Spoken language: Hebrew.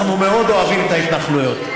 אנחנו מאוד אוהבים את ההתנחלויות.